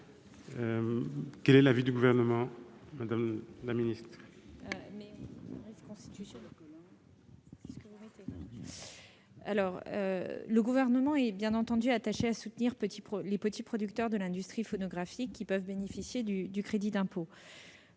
Quel est l'avis du Gouvernement ? Le Gouvernement est, bien entendu, attaché à soutenir les petits producteurs de l'industrie phonographique, qui peuvent bénéficier du crédit d'impôt.